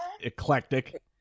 Eclectic